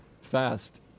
fast